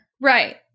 Right